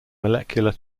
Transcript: molecular